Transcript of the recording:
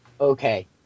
Okay